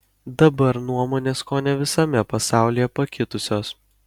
dabar nuomonės kuone visame pasaulyje pakitusios